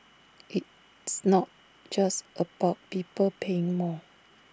it's not just about people paying more